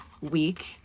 week